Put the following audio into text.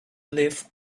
live